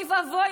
אוי ואבוי,